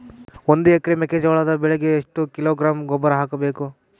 ಒಂದು ಎಕರೆ ಮೆಕ್ಕೆಜೋಳದ ಬೆಳೆಗೆ ಎಷ್ಟು ಕಿಲೋಗ್ರಾಂ ಗೊಬ್ಬರ ಹಾಕಬೇಕು?